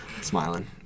smiling